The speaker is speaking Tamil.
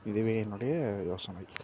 இதுவே என்னுடைய யோசனை